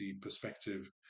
perspective